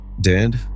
Dead